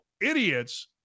idiots